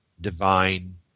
divine